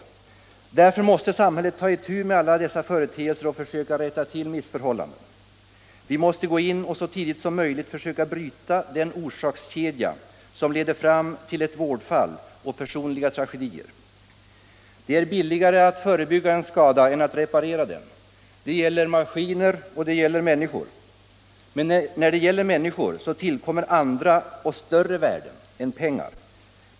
Därför måste samhället ta itu med alla dessa företeelser och söka rätta till missförhållanden. Vi måste gå in och så tidigt som möjligt försöka bryta den orsakskedja som leder fram till ett vårdfall och personliga tragedier. Det är billigare att förebygga en skada än att reparera den. Det gäller både maskiner och människor. Men för människornas del tillkommer andra och större värden än pengar.